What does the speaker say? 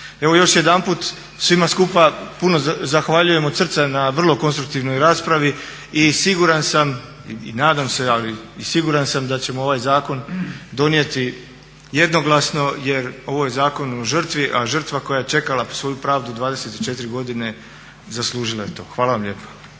Evo još jedanput svima skupa puno zahvaljujem od srca na vrlo konstruktivnoj raspravi i siguran sam i nadam se, ali i siguran sam da ćemo ovaj zakon donijeti jednoglasno jer ovo je zakon o žrtvi, a žrtva koja je čekala svoju pravdu 24 godine zaslužila je to. Hvala vam lijepo.